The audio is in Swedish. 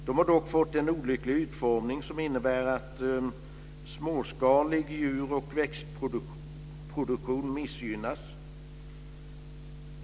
De har dock fått en olycklig utformning som innebär att småskalig djur och växtproduktion missgynnas.